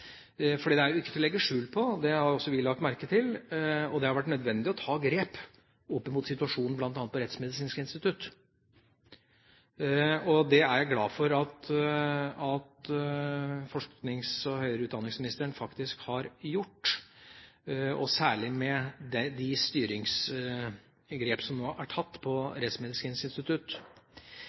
Det er ikke til å legge skjul på – det har også vi lagt merke til – at det har vært nødvendig å ta grep opp mot situasjonen bl.a. ved Rettsmedisinsk institutt. Det er jeg glad for at forsknings- og høyere utdanningsministeren faktisk har gjort, særlig med de styringsgrep som nå er tatt